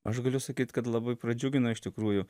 aš galiu sakyt kad labai pradžiugino iš tikrųjų